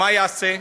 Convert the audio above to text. ומה יעשה?